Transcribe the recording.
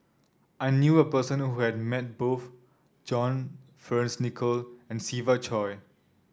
I knew a person who has met both John Fearns Nicoll and Siva Choy